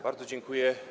Bardzo dziękuję.